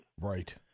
Right